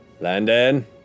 Landon